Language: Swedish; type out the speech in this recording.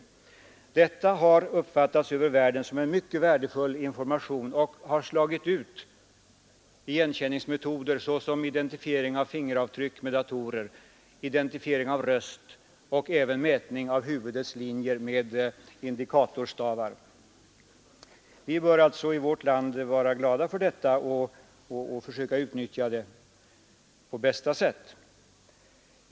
1 mars 1973 Detta har uppfattats världen över som en mycket värdefull innovation, och den har slagit ut igenkänningsmetoder såsom identifiering av fingeravtryck med datorer, identifiering av röst och även mätning av huvudets linjer med indikatorstavar. Vi bör alltså i vårt land vara glada för detta och försöka utnyttja det på bästa sätt.